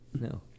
No